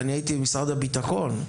אני הייתי במשרד הביטחון,